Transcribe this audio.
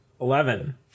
Eleven